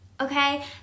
okay